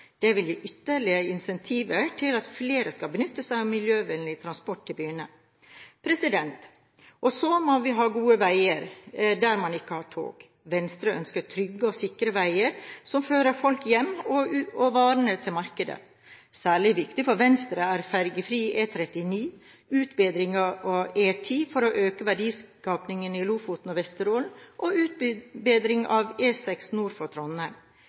Det vil gi ytterligere incentiver til at flere skal benytte seg av miljøvennlig transport til byene. Vi må ha gode veier der vi ikke har tog. Venstre ønsker trygge og sikre veier som fører folk hjem og varene til markedet. Særlig viktig for Venstre er fergefri E39, utbedring av E10 for økt verdiskaping i Lofoten og Vesterålen, og utbedring av E6 nord for Trondheim.